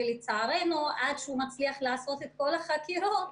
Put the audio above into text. ולצערנו עד שהוא מצליח לעשות את כל החקירות,